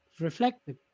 reflective